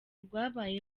rwabaye